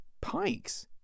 pikes